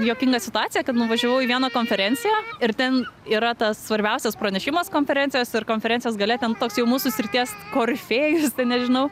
juokinga situacija kad nuvažiavau į vieną konferenciją ir ten yra tas svarbiausias pranešimas konferencijos ir konferencijos gale ten toks jau mūsų srities korifėjus ten nežinau